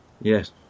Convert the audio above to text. Yes